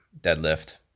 deadlift